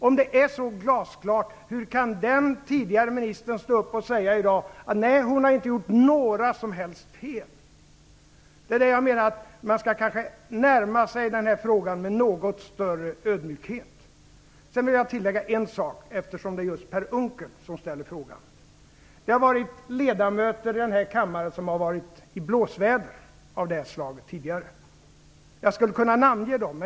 Om det är så glasklart, hur kan den tidigare ministern i dag säga att hon inte har gjort några som helst fel? Jag menar att man kanske bör närma sig den här frågan med något större ödmjukhet. Så vill jag tillägga en sak, eftersom det är just Per Unckel som ställer frågan. Ledamöter i den här kammaren har varit i blåsväder av det här slaget tidigare. Jag skulle kunna namnge dem.